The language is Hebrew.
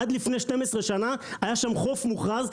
עד לפני 12 שנה היה שם חוף מוכרז,